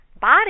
body